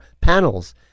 panels